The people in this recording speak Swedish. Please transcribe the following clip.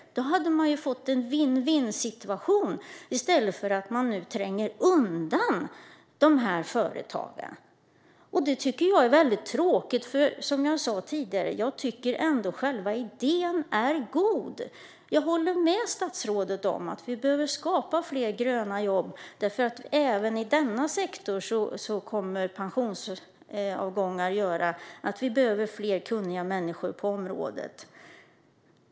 Då hade man fått en vinn-vinnsituation i stället för att, som nu, tränga undan dessa företag. Jag tycker att det är väldigt tråkigt, för som jag sa tidigare tycker jag att själva idén är god. Jag håller med statsrådet om att vi behöver skapa fler gröna jobb, för även i denna sektor kommer pensionsavgångar att göra att vi behöver fler kunniga människor på området.